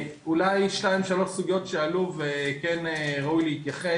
אולי שתיים, שלוש סוגיות שעלו וכן ראוי להתייחס.